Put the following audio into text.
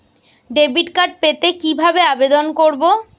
Debit card পেতে কিভাবে আবেদন করব?